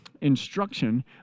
instruction